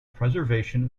preservation